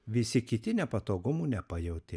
visi kiti nepatogumų nepajautė